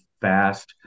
fast